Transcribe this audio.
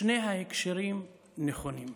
שני ההקשרים נכונים.